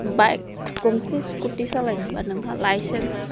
bike गंसे scooty सालायनोब्ला नोंहा लाइसेन्स